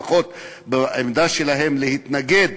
לפחות בעמדה שלהם להתנגד